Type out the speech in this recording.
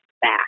back